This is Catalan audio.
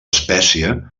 espècie